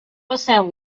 passeu